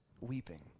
weeping